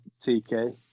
TK